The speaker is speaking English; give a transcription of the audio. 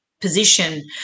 position